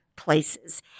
Places